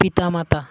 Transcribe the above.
ପିତାମାତା